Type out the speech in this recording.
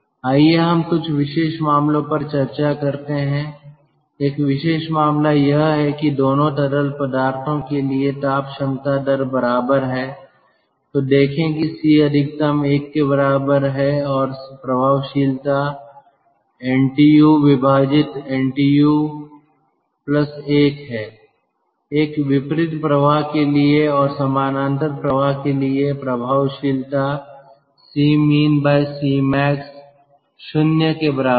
आइए हम कुछ विशेष मामलों पर चर्चा करते हैं एक विशेष मामला यह है कि दोनों तरल पदार्थों के लिए ताप क्षमता दर बराबर है तो देखें कि C अधिकतम १ के बराबर है और प्रभावशीलता NTU NTU1 है एक विपरीत प्रवाह के लिए और समांतर प्रवाह के लिए प्रभावशीलता CminCmax 0 के बराबर है